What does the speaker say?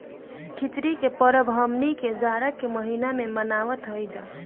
खिचड़ी के परब हमनी के जाड़ा के महिना में मनावत हई जा